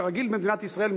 כרגיל במדינת ישראל,